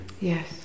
Yes